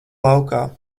laukā